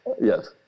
Yes